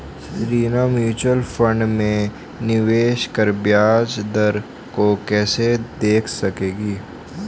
Reena mutual fund में निवेश पर ब्याज दर को कैसे देख सकेगी?